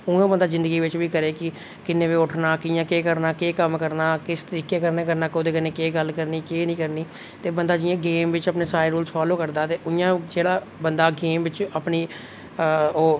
उ'आं गै बंदा जिंदगी बिच बी करै कि किन्नै बजे उट्ठना कि'यां केह् करना केह् कम्म करना किस तरीके कन्नै करना कोहदे कन्नै केह् गल्ल करनी केह् नेईं करनी ते बंदा जि'यां गेम बिच अपने सारे रूलस फालो करदा ऐ ते उ'आं जेहड़ा बंदा गेम बिच अपनी ओह्